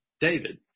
David